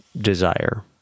desire